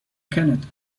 kenneth